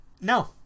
No